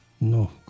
No